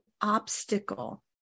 obstacle